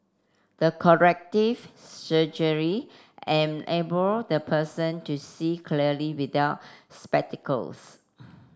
the corrective surgery enable the person to see clearly without spectacles